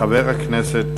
חבר הכנסת